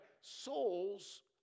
Souls